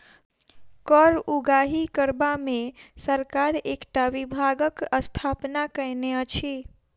कर उगाही करबा मे सरकार एकटा विभागक स्थापना कएने अछि